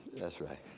that's right,